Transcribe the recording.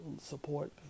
support